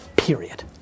Period